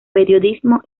periodismo